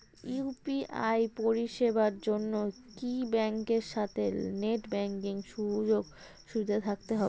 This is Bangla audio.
ইউ.পি.আই পরিষেবার জন্য কি ব্যাংকের সাথে নেট ব্যাঙ্কিং সুযোগ সুবিধা থাকতে হবে?